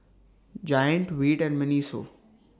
Giant Veet and Miniso